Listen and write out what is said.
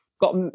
got